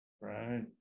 right